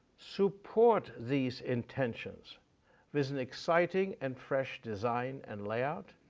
support these intentions with an exciting and fresh design and layout,